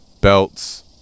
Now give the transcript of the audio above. belts